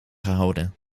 gehouden